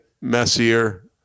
messier